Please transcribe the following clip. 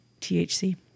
THC